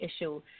issue